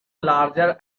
larger